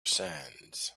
sands